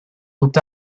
looked